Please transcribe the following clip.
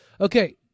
Okay